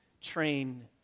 train